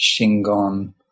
Shingon